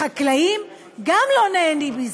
החקלאים גם לא נהנים מזה.